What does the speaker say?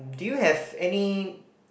do you have any